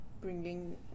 bringing